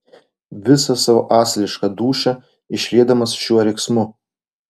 visą savo asilišką dūšią išliedamas šiuo riksmu